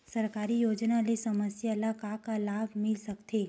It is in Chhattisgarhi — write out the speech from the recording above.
सरकारी योजना ले समस्या ल का का लाभ मिल सकते?